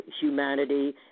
humanity